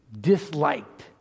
disliked